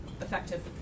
effective